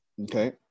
Okay